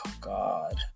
god